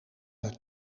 het